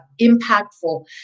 impactful